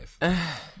life